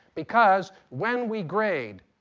because when we grade,